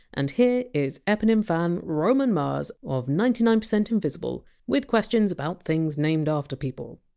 and here is eponym fan roman mars of ninety nine percent invisible with questions about things named after people